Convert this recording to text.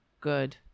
Good